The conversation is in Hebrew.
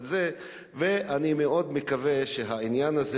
זה לא אומר שצריך להפסיק את העשייה,